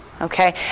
okay